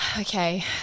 okay